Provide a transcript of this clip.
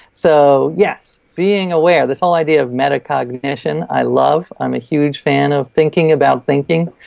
so yes, being aware, this whole idea of metacognition, i love. i'm a huge fan of thinking about thinking.